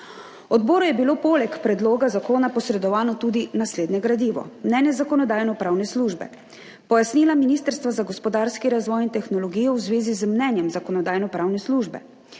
Odboru je bilo poleg predloga zakona posredovano tudi naslednje gradivo: mnenje Zakonodajno-pravne službe, pojasnila Ministrstva za gospodarski razvoj in tehnologijo v zvezi z mnenjem Zakonodajno-pravne službe,